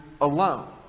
alone